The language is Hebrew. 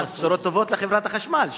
אז בשורות טובות לחברת החשמל,